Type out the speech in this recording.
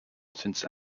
since